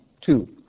Two